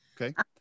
Okay